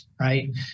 right